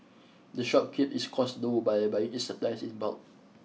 the shop keeps its costs low by buying its supplies in bulk